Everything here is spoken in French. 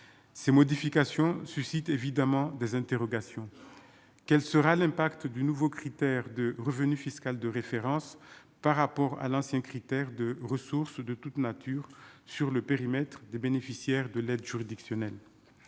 ces modifications suscite évidemment des interrogations, quel sera l'impact du nouveau critère de revenu fiscal de référence par rapport à l'ancien critère de ressources de toute nature sur le périmètre des bénéficiaires de l'aide juridictionnelle,